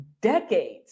decades